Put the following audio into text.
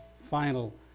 final